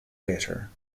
later